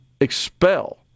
expel